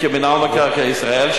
מינהל מקרקעי ישראל,